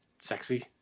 sexy